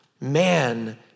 man